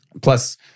plus